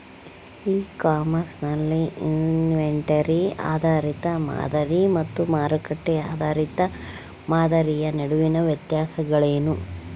E commerce ನಲ್ಲಿ inventory ಆಧಾರಿತ ಮಾದರಿ ಮತ್ತು ಮಾರುಕಟ್ಟೆ ಆಧಾರಿತ ಮಾದರಿಯ ನಡುವಿನ ವ್ಯತ್ಯಾಸಗಳೇನು?